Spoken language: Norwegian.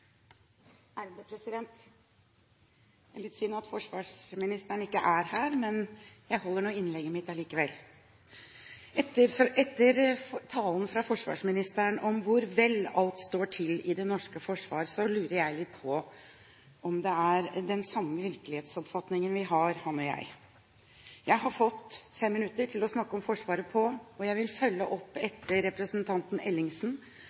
litt synd at forsvarsministeren ikke er her, men jeg holder nå innlegget mitt likevel. Etter forsvarsministerens tale om hvor vel alt står til i det norske forsvar, lurer jeg litt på om han og jeg har den samme virkelighetsoppfatningen. Jeg har fått 5 minutter til å snakke om Forsvaret, og jeg vil følge opp representanten Ellingsen,